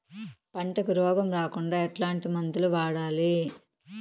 పంటకు రోగం రాకుండా ఎట్లాంటి మందులు వాడాలి?